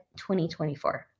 2024